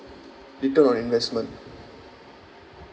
return on investment